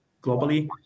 globally